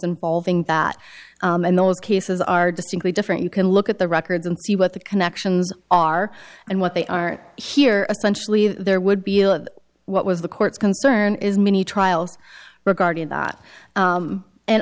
involving that and those cases are distinctly different you can look at the records and see what the connections are and what they are here especially there would be what was the court's concern is many trials regarding that